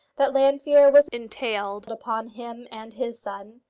that llanfeare was entailed upon him and his son,